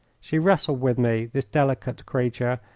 she wrestled with me, this delicate creature,